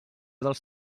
dels